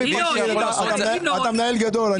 אני חייב להגיד עם הערכה רבה שאתה מנהל גדול.